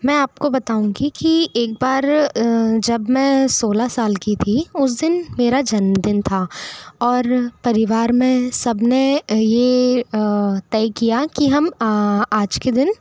मैं आपको बताऊँगी कि एक बार जब मैं सोलह साल की थी उस दिन मेरा जन्मदिन था और परिवार में सबने ये तय किया कि हम आज के दिन